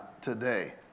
today